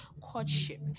courtship